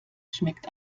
schmeckt